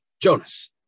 Jonas